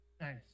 Nice